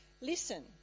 listen